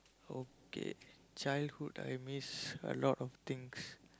okay childhood I miss a lot of things